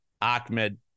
Ahmed